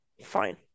Fine